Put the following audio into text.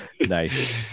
Nice